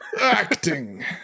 acting